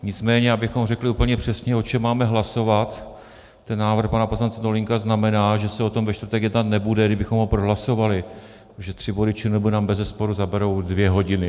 Nicméně abychom řekli úplně přesně, o čem máme hlasovat, ten návrh pana poslance Dolínka znamená, že se o tom ve čtvrtek jednat nebude, kdybychom ho prohlasovali, protože tři body ČNB nám bezesporu zaberou dvě hodiny.